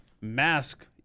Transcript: mask